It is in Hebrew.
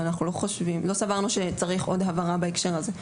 לא סברנו שצריך עוד הבהרה בהקשר הזה.